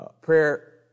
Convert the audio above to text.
prayer